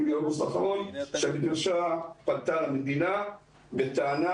יולי-אוגוסט האחרון שהמדרשה פנתה למדינה בטענה